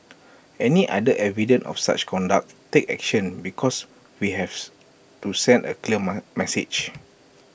any other evidence of such conduct take action because we have to send A clear message